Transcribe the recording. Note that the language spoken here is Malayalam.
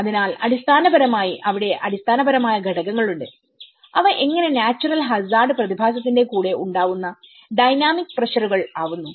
അതിനാൽ അടിസ്ഥാനപരമായി അവിടെ അടിസ്ഥാനപരമായ ഘടകങ്ങളുണ്ട്അവ എങ്ങനെ നാച്ചുറൽ ഹസാർഡ് പ്രതിഭാസത്തിന്റെ കൂടെ ഉണ്ടാവുന്ന ഡൈനാമിക് പ്രഷറുകൾ ആവുന്നു